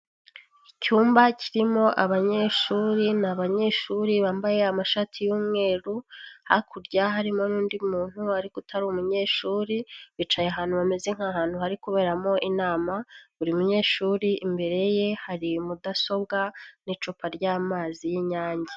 Icyumba kirimo abanyeshuri ni abanyeshuri bambaye amashati y'umweru, hakurya harimo n'undi muntu ariko utari umunyeshuri bicaye ahantu hameze nk'ahantu hari kuberamo inama, buri munyeshuri imbere ye hari mudasobwa n'icupa ry'amazi y'Inyange.